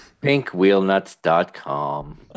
Pinkwheelnuts.com